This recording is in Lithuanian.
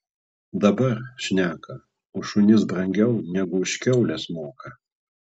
dabar šneka už šunis brangiau negu už kiaules moka